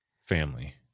family